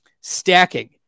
Stacking